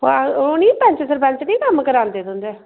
अ ओह् नि पैंच सरपंच नि कम्म करांदे तुंदे